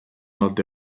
nord